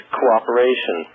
cooperation